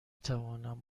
توانم